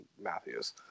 Matthews